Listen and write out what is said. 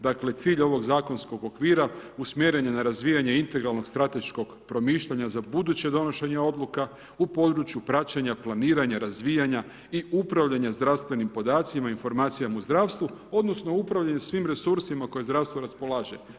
Dakle, cilj ovog zakonskog okvira usmjeren je na razvijanje integralnog strateškog promišljanja za buduće donošenje odluka u području praćenja, planiranja, razvijanja i upravljanja zdravstvenim podacima, informacijama u zdravstvu, odnosno upravljanju svim resursima kojima zdravstvo raspolaže.